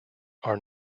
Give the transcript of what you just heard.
are